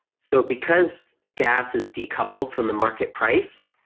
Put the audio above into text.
so because gas is decoupled from the market price,